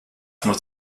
muss